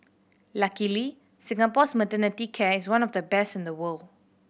luckily Singapore's maternity care is one of the best in the world